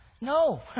No